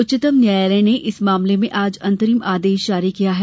उच्चतम न्यायालय ने इस मामले में आज अंतरिम आदेश जारी किया है